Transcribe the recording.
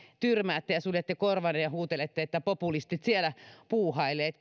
tyrmäätte ja suljette korvanne ja huutelette että populistit siellä puuhailevat